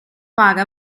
fare